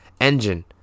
Engine